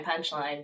punchline